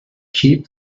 keep